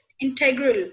integral